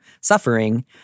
suffering